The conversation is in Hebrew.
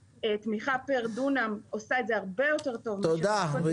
ותמיכה פר דונם תעשה את זה הרבה יותר טוב מאשר --- תודה רבה,